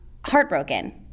Heartbroken